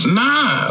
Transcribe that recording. nah